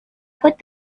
put